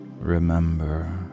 Remember